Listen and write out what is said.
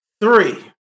Three